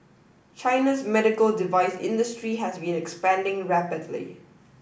China's medical device industry has been expanding rapidly